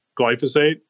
glyphosate